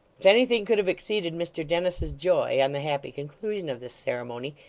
if anything could have exceeded mr dennis's joy on the happy conclusion of this ceremony,